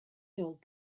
build